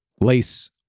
Lace